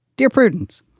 dear prudence,